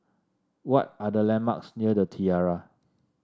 what are the landmarks near The Tiara